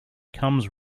comes